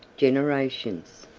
generations.